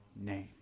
name